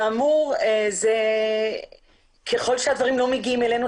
ככל שהדברים לא מגיעים אלינו,